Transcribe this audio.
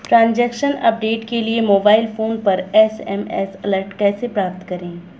Transaction update के लिए mobile phone पर एस.एम.एस अलर्ट कैसे प्राप्त करें?